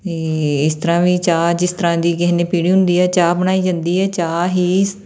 ਅਤੇ ਇਸ ਤਰ੍ਹਾਂ ਵੀ ਚਾਹ ਜਿਸ ਤਰ੍ਹਾਂ ਦੀ ਕਿਸੇ ਨੇ ਪੀਣੀ ਹੁੰਦੀ ਹੈ ਚਾਹ ਬਣਾਈ ਜਾਂਦੀ ਹੈ ਚਾਹ ਹੀ